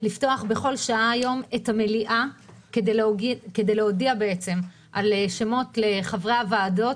לפתוח בכל שעה היום את המליאה כדי להודיע על שמות לחברי הוועדות.